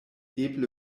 eble